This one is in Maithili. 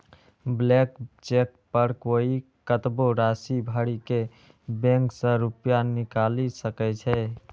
ब्लैंक चेक पर कोइ कतबो राशि भरि के बैंक सं रुपैया निकालि सकै छै